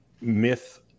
myth